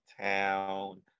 town